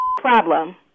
problem